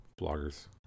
bloggers